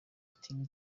ati